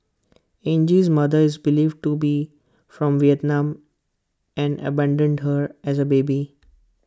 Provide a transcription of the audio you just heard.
Angie's mother is believed to be from Vietnam and abandoned her as A baby